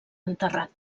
enterrat